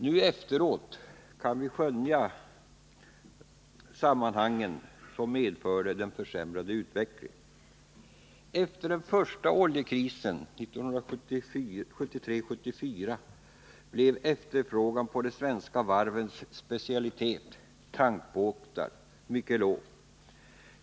Nu efteråt kan vi skönja sammanhanget i de faktorer som medförde den försämrade utvecklingen. Efter den första oljekrisen 1973-1974 blev efterfrågan på de svenska varvens specialitet, tankbåtar, mycket låg.